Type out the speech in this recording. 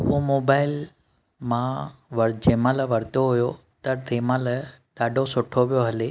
उहो मोबाइल मां वर जंहिंमहिल वरितो हुओ त तंहिंमहिल ॾाढो सुठो पियो हले